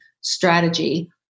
strategy